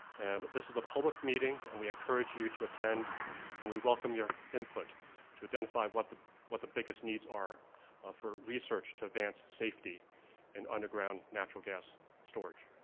and this is a public meeting and we encourage you to attend and we welcome your input to identify what the what the biggest needs are for research to advance safety in underground natural gas storage.